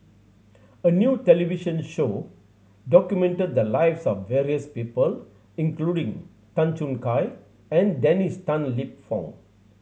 a new television show documented the lives of various people including Tan Choo Kai and Dennis Tan Lip Fong